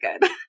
good